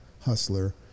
hustler